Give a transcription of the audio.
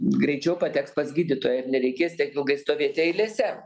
greičiau pateks pas gydytoją ir nereikės tiek ilgai stovėti eilėse